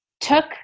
took